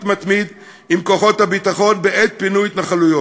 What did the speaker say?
מתמיד עם כוחות הביטחון בעת פינוי התנחלויות.